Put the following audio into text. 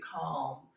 calm